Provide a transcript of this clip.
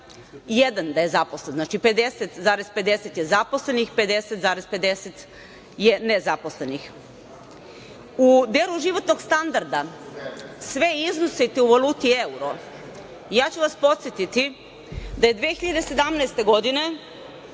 jedan je zaposlen, znači 50,5% je zaposlenih, 50,5% je nezaposlenih.U delu životnog standarda sve iznosite u valuti euro. Ja ću vas podsetiti da je 2017. godine